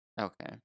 Okay